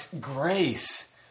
grace